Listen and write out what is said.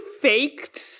faked